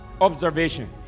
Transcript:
Observation